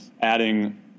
adding